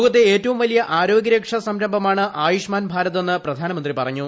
ലോകത്തെ ഏറ്റവും വലിയ ആരോഗ്യരക്ഷാ സംരംഭമാണ് ആയ്ട്ഷ്മാൻ് ഭാരത് എന്ന് പ്രധാനമന്ത്രി പറഞ്ഞു